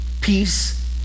Peace